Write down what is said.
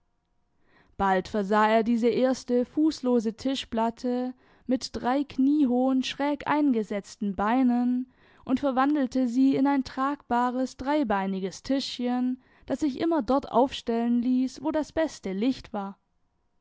bald versah er diese erste fußlose tischplatte mit drei kniehohen schräg eingesetzten beinen und verwandelte sie in ein tragbares dreibeiniges tischchen das sich immer dort aufstellen ließ wo das beste licht war